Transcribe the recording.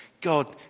God